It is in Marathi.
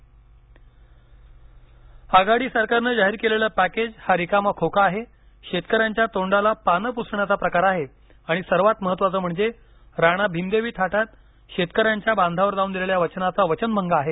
दरेकर पॅकेज आघाडी सरकारने जाहीर केलेले पॅकेज हा रिकामा खोका आहे शेतकऱ्यांच्या तोंडाला पाने पुसण्याचा प्रकार आहे आणि सर्वात महत्वाचे म्हणजे राणा भिमदेवी थाटात शेतकऱ्याच्या बांधावर जाऊन दिलेल्या वचनाचा वचनभंग आहे